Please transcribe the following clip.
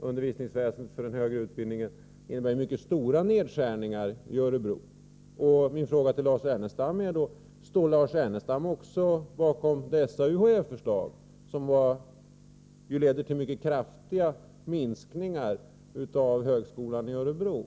undervisningsväsendet som avser högre utbildning kommer, efter vad jag har förstått, att innebära mycket stora nedskärningar i Örebro. Min fråga blir: Står Lars Ernestam bakom också dessa UHÄ-förslag, som alltså leder till mycket kraftiga minskningar av högskolan i Örebro?